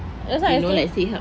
that's why I say